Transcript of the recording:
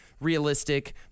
realistic